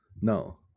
no